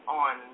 on